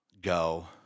go